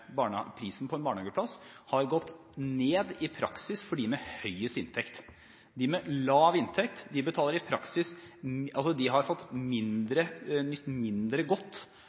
prisen på en barnehageplass i praksis har gått ned for dem med høyest inntekt. De med lav inntekt har nytt mindre godt